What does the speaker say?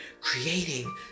creating